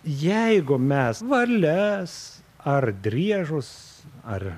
jeigu mes varles ar driežus ar